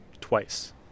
Twice